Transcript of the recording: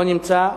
לא נמצא,